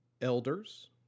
elders